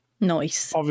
Nice